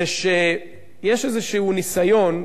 זה שיש איזה ניסיון,